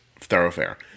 thoroughfare